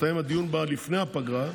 הדיון בה הסתיים לפני הפגרה,